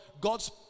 God's